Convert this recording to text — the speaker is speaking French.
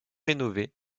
rénové